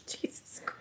Jesus